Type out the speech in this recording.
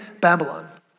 Babylon